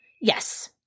Yes